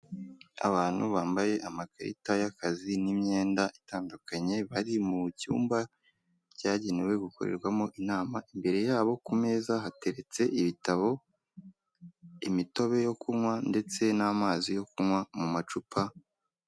Abantu bambaye amakarita y'akazi n'imyenda itandukanye, bari mu cyumba cyagenewe gukorerwamo inama, imbere yabo ku meza hateretse ibitabo, imitobe yo kunywa, ndetse n'amazi yo kunywa mu macupa.